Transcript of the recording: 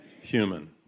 human